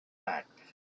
back